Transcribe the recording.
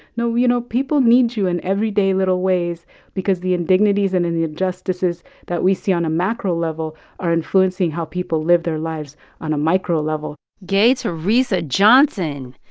no, you know, people need you in everyday little ways because the indignities and the injustices that we see on a macro level are influencing how people live their lives on a micro level gaye theresa johnson,